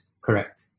Correct